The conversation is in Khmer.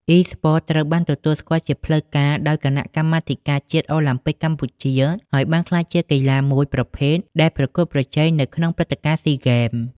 អុីស្ព័ត ត្រូវបានទទួលស្គាល់ជាផ្លូវការដោយ គណៈកម្មាធិការជាតិអូឡាំពិកកម្ពុជា ហើយបានក្លាយជាកីឡាមួយប្រភេទដែលប្រកួតប្រជែងនៅក្នុងព្រឹត្តិការណ៍ ស៊ីហ្គេម។